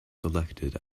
selected